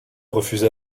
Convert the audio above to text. refuse